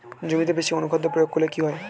জমিতে বেশি অনুখাদ্য প্রয়োগ করলে কি হয়?